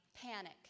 panic